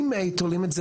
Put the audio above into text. אם תולים את זה